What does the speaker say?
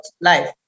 life